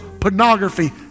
pornography